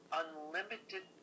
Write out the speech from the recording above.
unlimited